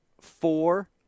four